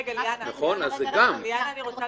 אם אין לו את